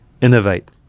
innovate